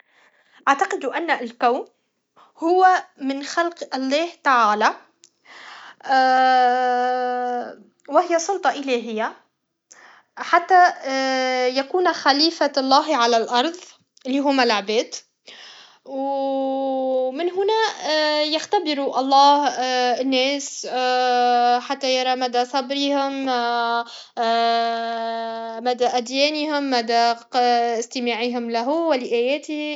اعتقد ان الكون هو من خلق الله تعالى وهي سلطه الهيه حتى يكون خليفه الله في الأرض لي هما لعباد ومن هنا يختبر الله الناس حتى يرى مدى صبرهم مدى اديانهم مدى ق استماعهم له و لاياته